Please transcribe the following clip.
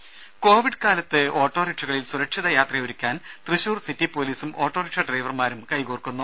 രുഭ കോവിഡ് കാലത്ത് ഓട്ടോറിക്ഷകളിൽ സുരക്ഷിത യാത്രയൊരുക്കാൻ തൃശൂർ സിറ്റി പൊലീസും ഓട്ടോറിക്ഷ ഡ്രൈവർമാരും കൈകോർക്കുന്നു